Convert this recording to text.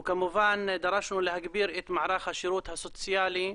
וכמובן, להגביר את מערך השירות הסוציאלי,